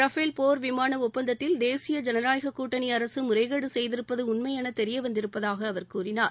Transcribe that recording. Rafale போர் விமான ஒப்பந்தத்தில் தேசிப ஜனநாயகக் கூட்டணி அரசு முறைகேடு செய்திருப்பது தெரிய உண்மை என வந்திருப்பதாக அவர் கூறினார்